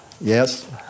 Yes